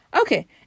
Okay